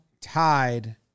tied